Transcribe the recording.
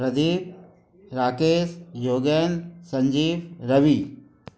Pradeep Rakesh Yogendra Sanjeev Ravi